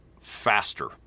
faster